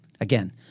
Again